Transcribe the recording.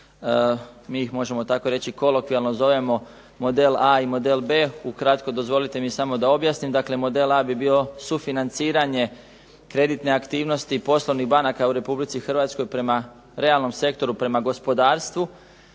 Mi ih možemo tako reći kolokvijalno zovemo model A i model B. Ukratko dozvolite mi da objasnim. Dakle model A bi bio sufinanciranje kreditne aktivnosti poslovnih banaka u Republici Hrvatskoj prema realnom sektoru, prema gospodarstvu,